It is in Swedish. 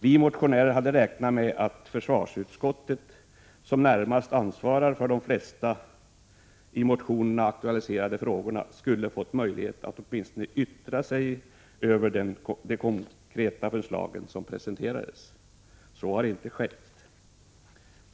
Vi motionärer hade räknat med att försvarsutskottet, som närmast ansvarar för de flesta i motionen aktualiserade frågorna, skulle ha fått möjlighet att åtminstone yttra sig över de konkreta förslag som presenteras. Så har inte skett.